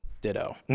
Ditto